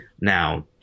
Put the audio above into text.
Now